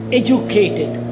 educated